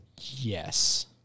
yes